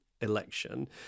election